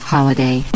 Holiday